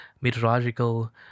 meteorological